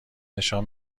نشان